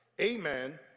amen